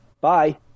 bye